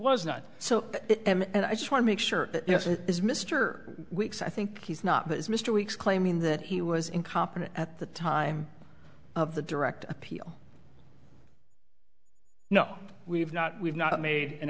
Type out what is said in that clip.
was not so and i just want to make sure yes it is mr weeks i think he's not that is mr weeks claiming that he was incompetent at the time of the direct appeal no we've not we've not made an